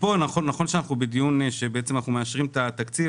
נכון שאנחנו בדיון שבו אנחנו מאשרים את התקציב,